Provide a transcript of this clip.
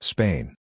Spain